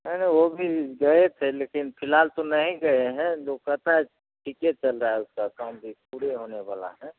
नहीं नहीं वह भी गए थे लेकिन फ़िलहाल तो नहीं गए हैं जो करता है ठीक है चल रहा है उसका काम भी पूरे होने वाला